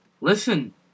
Listen